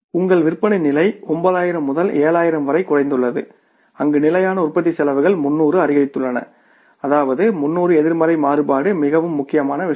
உங்கள் விற்பனை நிலை 9000 முதல் 7000 வரை குறைந்துள்ளது அங்கு நிலையான உற்பத்தி செலவுகள் 300 அதிகரித்துள்ளன அதாவது 300 எதிர்மறை மாறுபாடு மிகவும் முக்கியமான விஷயம்